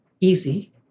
easy